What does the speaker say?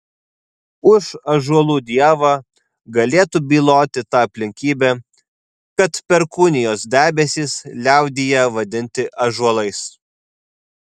už ąžuolų dievą galėtų byloti ta aplinkybė kad perkūnijos debesys liaudyje vadinti ąžuolais